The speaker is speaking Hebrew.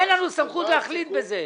אין לנו סמכות להחליט בזה.